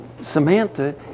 Samantha